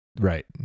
Right